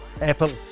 Apple